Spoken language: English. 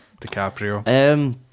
DiCaprio